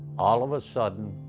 all of a sudden,